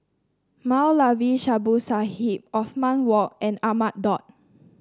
Moulavi Babu Sahib Othman Wok and Ahmad Daud